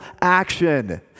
action